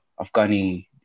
Afghani